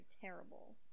terrible